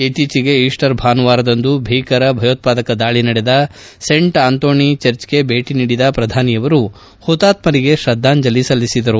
ಇತ್ತೀಚೆಗೆ ಕಸ್ಸರ್ ಭಾನುವಾರದಂದು ಭೀಕರ ಭಯೋತಾದಕ ದಾಳಿ ನಡೆದ ಸೆಂಟ್ ಆಂತೋಣಿ ಚರ್ಚ್ಗೆ ಭೇಟಿ ನೀಡಿದ ಪ್ರಧಾನಿಯವರು ಪುತಾತ್ತರಿಗೆ ಶ್ರದ್ದಾಂಜಲಿ ಸಲ್ಲಿಸಿದರು